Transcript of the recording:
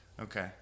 Okay